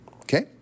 Okay